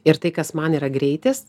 ir tai kas man yra greitis